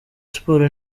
sports